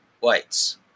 whites